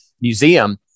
Museum